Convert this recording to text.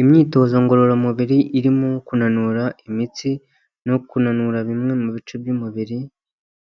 Imyitozo ngororamubiri irimo kunanura imitsi no kunanura bimwe mu bice by'umubiri,